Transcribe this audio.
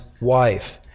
wife